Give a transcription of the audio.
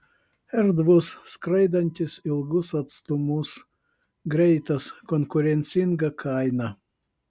erdvus skraidantis ilgus atstumus greitas konkurencinga kaina